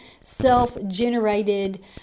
self-generated